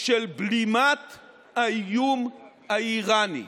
של בלימת האיום האיראני.